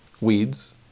weeds